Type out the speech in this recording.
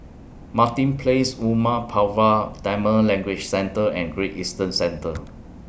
Martin Place Umar Pulavar Tamil Language Centre and Great Eastern Centre